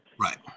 Right